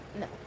no